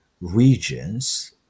regions